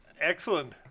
Excellent